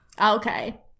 Okay